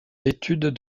d’études